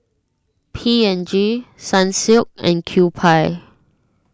P and G Sunsilk and Kewpie